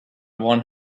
one